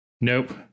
nope